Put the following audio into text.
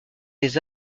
des